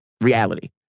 reality